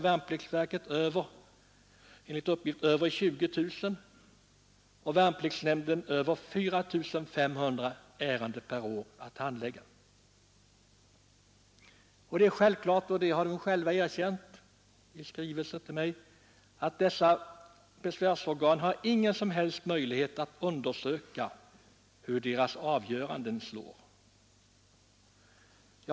Värnpliktsverket har enligt uppgift över 20 000 och värnpliktsnämnden över 4 500 ärenden att handlägga per år. Det är självklart — och det har de själva erkänt i skrivelser till mig — att dessa besvärsorgan inte har någon som helst möjlighet att undersöka hur deras avgöranden slår.